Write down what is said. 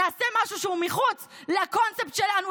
נעשה משהו שהוא מחוץ לקונספט שלנו,